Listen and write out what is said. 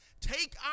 Take